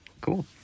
Cool